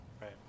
Right